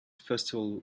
festival